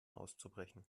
auszubrechen